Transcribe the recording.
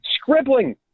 scribbling